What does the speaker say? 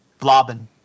Blobbing